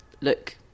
look